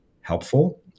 helpful